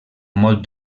molt